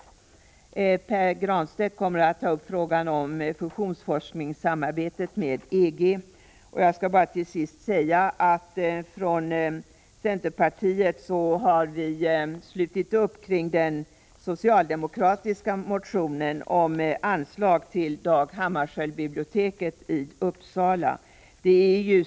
Pär Granstedt kommer att ta upp frågorna om fusionsforskningssamarbetet med EG. Jag skall bara till sist säga att vi från centerpartiets sida har slutit upp kring den socialdemokratiska motionen om anslag till Dag Hammarskjöldbiblioteket i Uppsala.